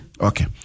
Okay